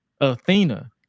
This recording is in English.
Athena